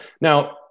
now